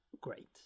great